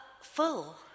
full